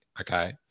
okay